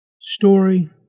story